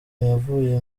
yavuye